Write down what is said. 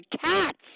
cats